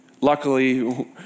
Luckily